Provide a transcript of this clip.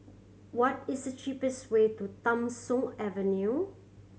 what is the cheapest way to Tham Soong Avenue